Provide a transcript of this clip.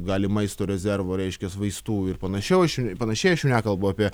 gali maisto rezervo reiškias vaistų ir panašiau aš panašiai aš jau nekalbu apie